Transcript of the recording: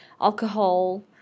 alcohol